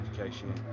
education